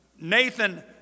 Nathan